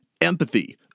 empathy